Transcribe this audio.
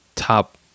Top